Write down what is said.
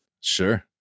Sure